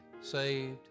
saved